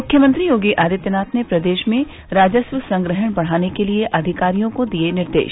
मुख्यमंत्री योगी आदित्यनाथ ने प्रदेश में राजस्व संग्रहण बढ़ाने के लिए अधिकारियों को दिए निर्देश